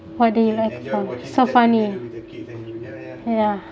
why don't you like from so funny ya